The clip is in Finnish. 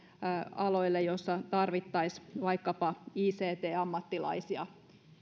aloille joilla tarvittaisiin vaikkapa ict ammattilaisia